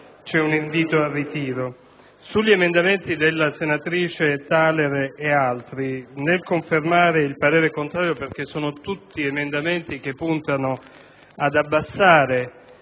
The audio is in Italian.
è un invito al ritiro